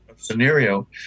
scenario